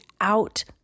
out